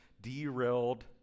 derailed